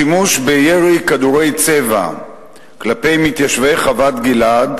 השימוש בירי כדורי צבע כלפי מתיישבי חוות-גלעד